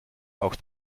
auch